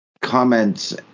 comments